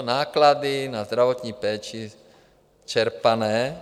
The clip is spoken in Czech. Náklady na zdravotní péči čerpané.